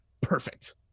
perfect